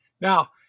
Now